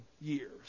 years